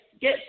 get